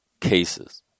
cases